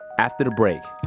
after the break,